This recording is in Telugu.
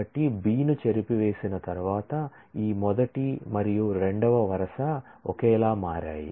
కాబట్టి B ను చెరిపివేసిన తరువాత ఈ మొదటి మరియు రెండవ వరుస ఒకేలా మారాయి